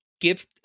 give